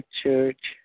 church